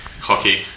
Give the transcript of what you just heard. hockey